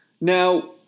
Now